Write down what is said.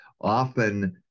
often